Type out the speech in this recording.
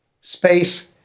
space